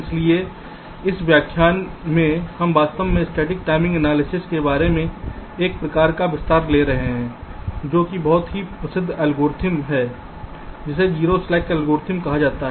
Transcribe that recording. इसलिए इस व्याख्यान में हम वास्तव में स्टैटिक टाइमिंग एनालिसिस के बारे में एक प्रकार का विस्तार ले रहे हैं जो कि बहुत ही प्रसिद्ध एल्गोरिथ्म है जिसे जीरो स्लैक एल्गोरिथ्म कहा जाता है